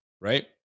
right